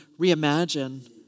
reimagine